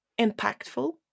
impactful